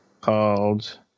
called